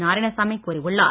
நாராயணசாமி கூறியுள்ளார்